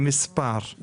היא מספר,